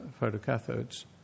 photocathodes